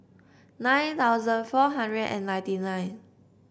nine thousand four hundred and ninety nine